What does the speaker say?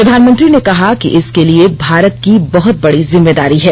प्रधानमंत्री ने कहा कि इसके लिए भारत की बहुत बड़ी जिम्मेदारी है